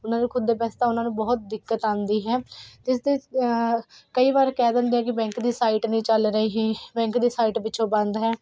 ਉਹਨਾਂ ਨੂੰ ਖੁਦ ਦੇ ਪੈਸੇ ਤਾਂ ਉਹਨਾਂ ਨੂੰ ਬਹੁਤ ਦਿੱਕਤ ਆਉਂਦੀ ਹੈ ਇਸਦੇ ਕਈ ਵਾਰ ਕਹਿ ਦਿੰਦੇ ਕਿ ਬੈਂਕ ਦੀ ਸਾਈਟ ਨਹੀਂ ਚੱਲ ਰਹੀ ਬੈਂਕ ਦੀ ਸਾਈਟ ਪਿੱਛੋਂ ਬੰਦ ਹੈ